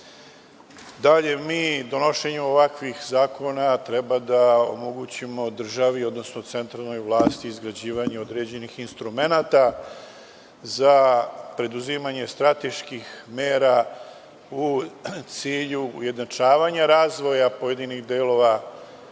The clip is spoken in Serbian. mi donošenjem ovakvih zakona treba da omogućimo državi, odnosno centralne vlasti izgrađivanje određenih instrumenata za preduzimanje strateških mera u cilju ujednačavanja razvoja pojedinih delova